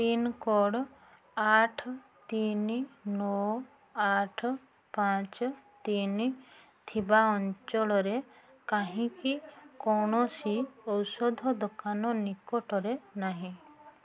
pincode ଆଠ ତିନି ନଅ ଆଠ ପାଞ୍ଚ ତିନି ଥିବା ଅଞ୍ଚଳରେ କାହିଁକି କୌଣସି ଔଷଧ ଦୋକାନ ନିକଟରେ ନାହିଁ